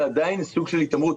זה עדיין סוג של התעמרות.